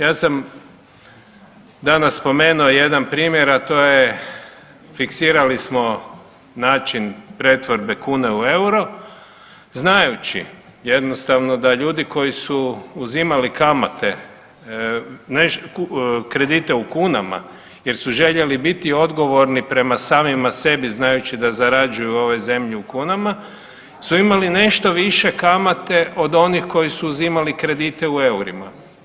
Ja sam danas spomenuo jedan primjer, a to je fiksirali smo način pretvorbe kune u EUR-o znajući jednostavno da ljudi koji su uzimali kamate, kredite u kunama jer su željeli biti odgovorni prema samima sebi znajući da zarađuju u ovoj zemlji u kunama su imali nešto više kamate od onih koji su uzimali kredite u EUR-ima.